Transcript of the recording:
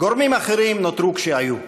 גורמים אחרים נותרו כשהיו,